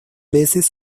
veces